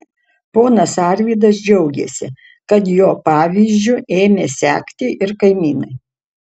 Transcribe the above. ponas arvydas džiaugėsi kad jo pavyzdžiu ėmė sekti ir kaimynai